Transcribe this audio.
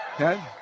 Okay